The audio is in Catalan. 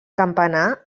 campanar